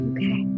Okay